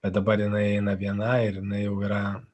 bet dabar jinai eina viena ir jinai jau yra